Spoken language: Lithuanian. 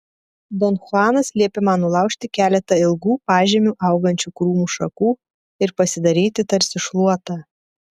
don chuanas liepė man nulaužti keletą ilgų pažemiu augančių krūmų šakų ir pasidaryti tarsi šluotą